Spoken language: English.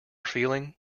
feeling